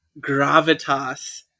gravitas